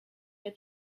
źle